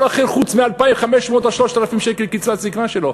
אחר חוץ מ-2,500 או 3,000 שקל קצבת הזיקנה שלו?